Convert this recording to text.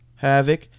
Havoc